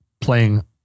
playing